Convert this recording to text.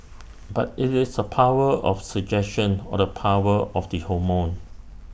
but IT is the power of suggestion or the power of the hormone